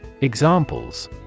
Examples